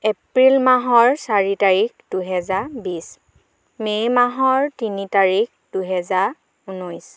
এপ্ৰিল মাহৰ চাৰি তাৰিখ দুহাজাৰ বিছ মে' মাহৰ তিনি তাৰিখ দুহাজাৰ উনৈছ